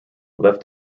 left